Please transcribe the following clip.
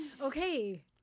Okay